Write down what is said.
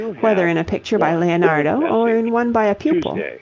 whether in a picture by leonardo or in one by a pupil.